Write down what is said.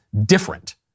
different